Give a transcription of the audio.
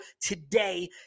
today